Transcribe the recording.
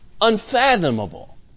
unfathomable